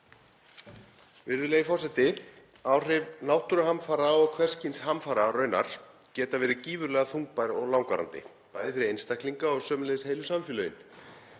Virðulegi forseti. Áhrif náttúruhamfara og hvers kyns hamfara raunar geta verið gífurlega þungbær og langvarandi, bæði fyrir einstaklinga og sömuleiðis heilu samfélögin.